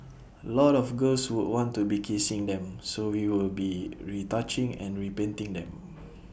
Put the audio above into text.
A lot of girls would want to be kissing them so we will be retouching and repainting them